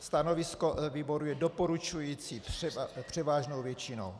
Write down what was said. Stanovisko výboru je doporučující převážnou většinou.